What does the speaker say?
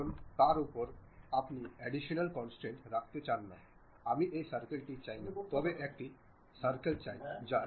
একবার আমি বাছাই করার পরে আমি ভিতরে গিয়েছিলাম বৈশিষ্ট্যগুলির মধ্যে এক্সট্রুড বারগুলি নয় কারণ আমি উপাদানটি পূরণ করতে চাই না